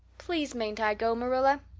please, mayn't i go, marilla?